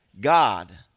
God